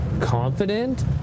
confident